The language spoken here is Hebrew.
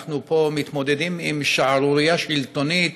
אנחנו פה מתמודדים עם שערורייה שלטונית,